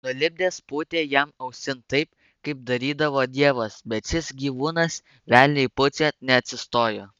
nulipdęs pūtė jam ausin taip kaip darydavo dievas bet šis gyvūnas velniui pučiant neatsistojo